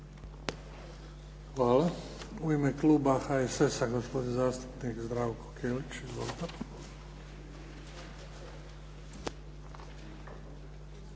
Hvala. U ime kluba HSS-a, gospodin zastupnik Zdravko Kelić. Izvolite.